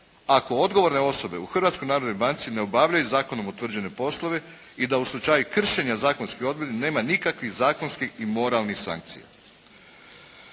ako odgovorne osobe u Hrvatskoj narodnoj banci ne obavljaju zakonom utvrđene poslove i da u slučaju kršenja zakonskih odredbi nema nikakvih zakonskih i moralnih sankcija.